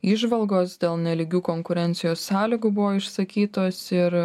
įžvalgos dėl nelygių konkurencijos sąlygų buvo išsakytos ir